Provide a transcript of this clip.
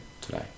today